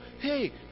hey